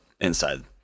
inside